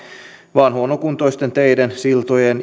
vaan huonokuntoisten teiden siltojen